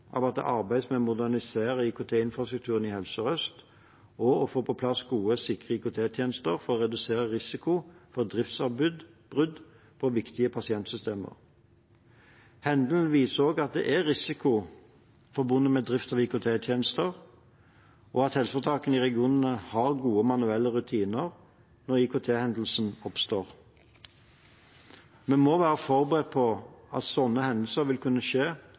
av at det arbeides med å modernisere IKT-infrastrukturen i Helse Sør-Øst og å få på plass gode og sikre IKT-tjenester for å redusere risikoen for driftsavbrudd på viktige pasientsystemer. Hendelsen viser også at det er risiko forbundet med drift av IKT-tjenester, og at helseforetakene i regionen har gode manuelle rutiner når IKT-hendelser oppstår. Vi må være forberedt på at slike hendelser vil kunne skje